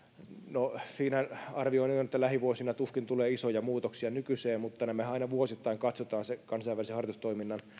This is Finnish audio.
no siinä arvioni on että lähivuosina tuskin tulee isoja muutoksia nykyiseen mutta nämähän aina vuosittain katsotaan se kansainvälisen harjoitustoiminnan